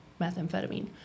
methamphetamine